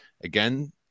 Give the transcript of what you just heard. Again